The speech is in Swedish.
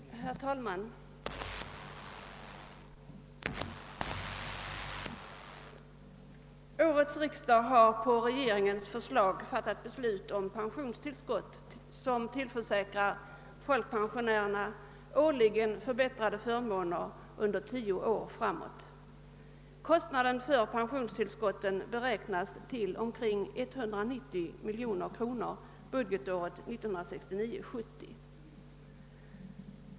Herr talman! Årets riksdag har på regeringens förslag fattat beslut om pensionstillskott som tillförsäkrar folkpensionärerna årligen förbättrade förmåner under tio år framåt. Kostnaden för pensionstillskotten beräknas till omkring 190 miljoner budgetåret 1969/70.